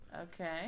Okay